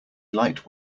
light